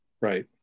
right